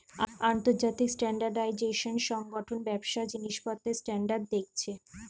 আন্তর্জাতিক স্ট্যান্ডার্ডাইজেশন সংগঠন ব্যবসার জিনিসপত্রের স্ট্যান্ডার্ড দেখছে